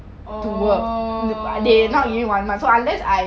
oh